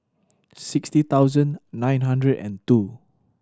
sixty thousand nine hundred and two